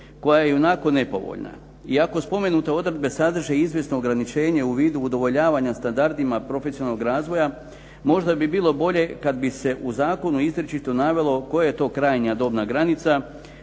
koja je ionako nepovoljna. I ako spomenute odredbe sadrže izvjesno ograničenje u vidu udovoljavanja standardima profesionalnog razvoja možda bi bilo bolje kada bi se u zakonu izričito navelo koja je to krajnja dobna granica